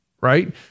Right